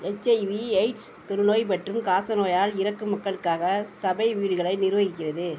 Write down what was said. H I V AIDS தொழுநோய் மற்றும் காசநோயால் இறக்கும் மக்களுக்காக சபை வீடுகளை நிர்வகிக்கிறது